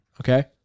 okay